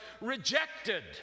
rejected